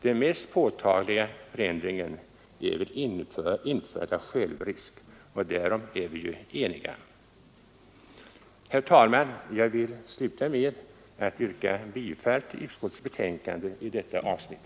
Den mest påtagliga förändringen är väl införandet av självrisk, och därom är vi ju eniga. Herr talman! Jag vill sluta med att yrka bifall till utskottets hemställan i detta avsnitt.